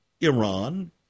Iran